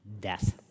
death